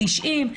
90,